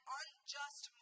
unjust